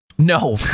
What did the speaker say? No